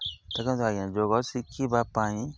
ଦେଖନ୍ତୁ ଆଜ୍ଞା ଯୋଗ ଶିଖିବା ପାଇଁ